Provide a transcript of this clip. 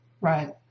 Right